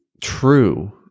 true